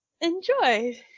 enjoy